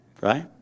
Right